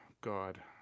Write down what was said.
God